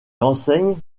enseigne